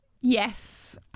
Yes